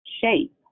shape